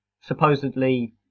supposedly